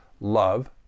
love